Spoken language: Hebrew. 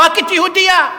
חברת כנסת יהודייה?